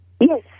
Yes